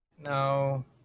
No